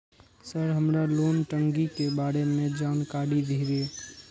Sir हमरा loan टंगी के बारे में जान कारी धीरे?